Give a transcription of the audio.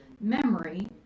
Memory